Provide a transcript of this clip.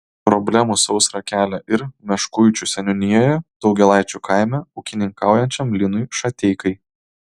problemų sausra kelia ir meškuičių seniūnijoje daugėlaičių kaime ūkininkaujančiam linui šateikai